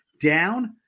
down